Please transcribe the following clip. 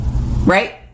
Right